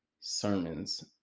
sermons